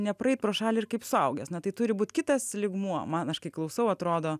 nepraeit pro šalį ir kaip suaugęs na tai turi būt kitas lygmuo man aš kai klausau atrodo